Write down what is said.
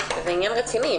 זה עניין רציני.